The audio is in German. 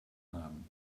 haben